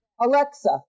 Alexa